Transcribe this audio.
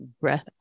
Breath